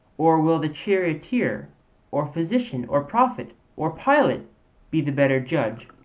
or will the charioteer or physician or prophet or pilot be the better judge?